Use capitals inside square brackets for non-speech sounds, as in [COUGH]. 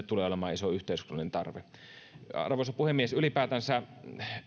[UNINTELLIGIBLE] tulee olemaan iso yhteiskunnallinen tarve arvoisa puhemies ylipäätänsä tarvitaan